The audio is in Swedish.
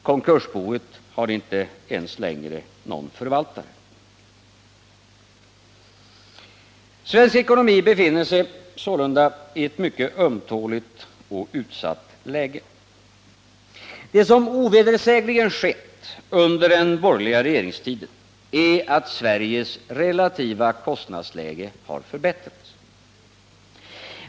Konkursboet har inte ens längre någon förvaltare. Svensk ekonomi befinner sig sålunda i ett mycket ömtåligt och utsatt läge. Det som ovedersägligen skett under den borgerliga regeringstiden är att Sveriges relativa kostnadsläge förbättrats.